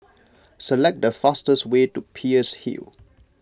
select the fastest way to Peirce Hill